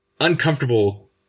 uncomfortable